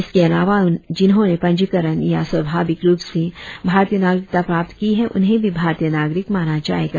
इसके अलावा जिन्होंने पंजीकरण या स्वाभाविक रुप से भारतीय नागरिकता प्राप्त की है उन्हे भी भारतीय नागरिक माना जाएगा